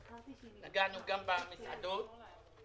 נגענו גם במסעדות.